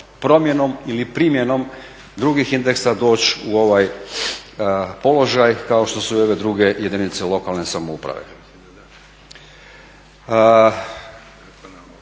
promjenom ili primjenom drugih indeksa doći u ovaj položaj kao što su i ove druge jedinice lokalne samouprave.